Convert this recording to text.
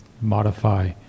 modify